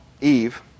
Eve